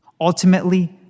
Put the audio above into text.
Ultimately